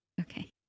Okay